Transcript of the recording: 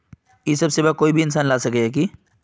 इ सब सेवा कोई भी इंसान ला सके है की?